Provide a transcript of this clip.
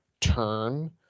turn